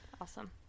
Awesome